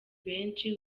benshi